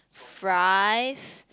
fries